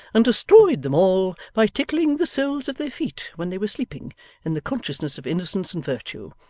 and destroyed them all, by tickling the soles of their feet when they were sleeping in the consciousness of innocence and virtue.